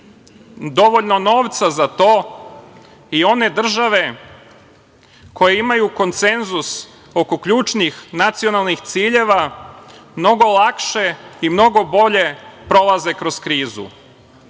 dovoljno novca za to i one države koje imaju konsenzus oko ključnih nacionalnih ciljeva mnogo lakše i mnogo bolje prolaze kroz krizu.